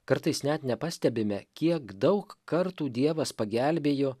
kartais net nepastebime kiek daug kartų dievas pagelbėjo